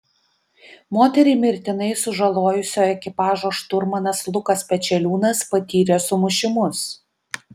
moterį mirtinai sužalojusio ekipažo šturmanas lukas pečeliūnas patyrė sumušimus